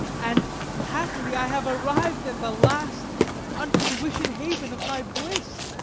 and happily i have arriv'd at the last unto the wished haven of my bliss.